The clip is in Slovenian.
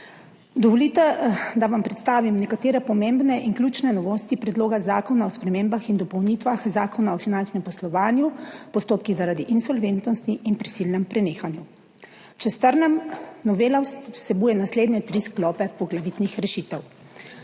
Dovolite, da vam predstavim nekatere pomembne in ključne novosti Predloga zakona o spremembah in dopolnitvah Zakona o finančnem poslovanju, postopkih zaradi insolventnosti in prisilnem prenehanju. Če strnem, novela vsebuje naslednje tri sklope poglavitnih rešitev.